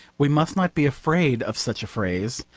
we must not be afraid of such a phrase.